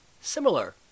Similar